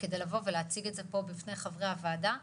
כדי להציג את זה פה בפני חברי הוועדה.